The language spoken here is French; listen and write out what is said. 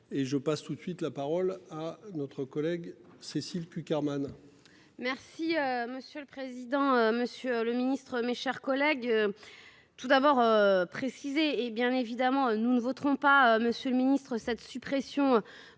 et je passe tout de suite la parole à notre collègue Cécile Cukierman. Merci monsieur le président, Monsieur le Ministre, mes chers collègues. Tout d'abord. Précisé et bien évidemment nous ne voterons pas Monsieur le Ministre, cette suppression